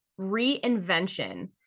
reinvention